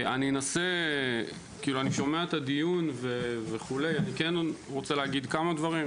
אני שומע את הדיון ואני רוצה לומר כמה דברים.